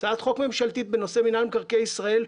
הצעת חוק ממשלתית בנושא רשות מקרקעי ישראל,